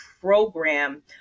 program